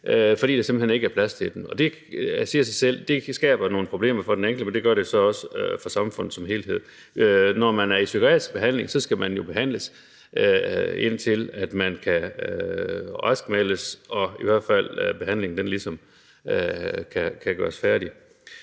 fordi der simpelt hen ikke er plads til dem. Det siger sig selv, at det skaber nogle problemer, ikke kun for den enkelte, men også for samfundet som helhed. Når man er i psykiatrisk behandling, skal man jo behandles, indtil man kan raskmeldes, og i hvert fald indtil behandlingen ligesom kan gøres færdig.